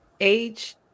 age